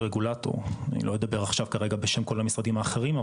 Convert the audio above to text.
אני לא אדבר כרגע בשם כל המשרדים האחרים,